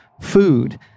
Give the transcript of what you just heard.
food